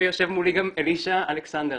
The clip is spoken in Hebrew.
ויושב מולי גם אלישע אלכסנדר,